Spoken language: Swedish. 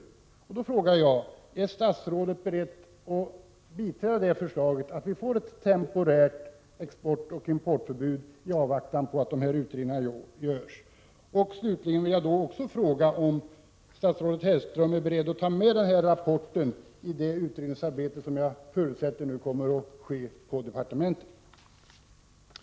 Jag vill då fråga: Är statsrådet beredd att biträda förslaget om ett temporärt importoch exportförbud i avvaktan på att utredningar görs? Slutligen vill jag också fråga om statsrådet Heliström är beredd att ta med Prot. 1987/88:76 rapporten i det utredningsarbete som jag förutsätter nu kommer att ske på 25 februari 1988